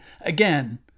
Again